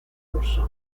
curso